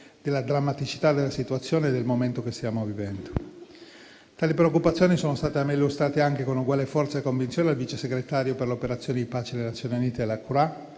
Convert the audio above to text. della drammaticità della situazione e del momento che stiamo vivendo. Tali preoccupazioni sono state da me illustrate anche, con uguale forza e convinzione, al vice segretario per le operazioni di pace delle Nazioni Unite Lacroix,